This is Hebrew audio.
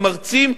המרצים,